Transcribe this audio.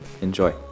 enjoy